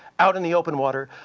out in the open water,